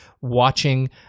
watching